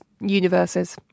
universes